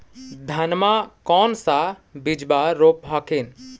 धनमा कौन सा बिजबा रोप हखिन?